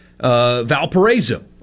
Valparaiso